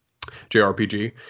JRPG